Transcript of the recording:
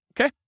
okay